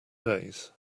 days